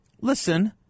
Listen